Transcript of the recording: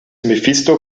mephisto